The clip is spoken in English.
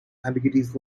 ambiguities